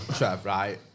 Right